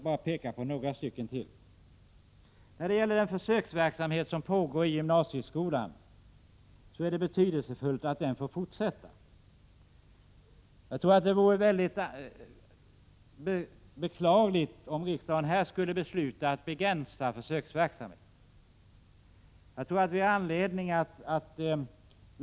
Det är betydelsefullt att den försöksverksamhet som pågår i gymnasieskolan får fortsätta. Det vore beklagligt om riksdagen skulle besluta att begränsa denna försöksverksamhet.